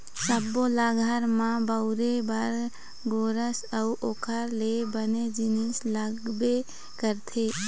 सब्बो ल घर म बउरे बर गोरस अउ ओखर ले बने जिनिस लागबे करथे